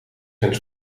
zijn